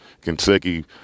Kentucky